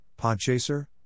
Podchaser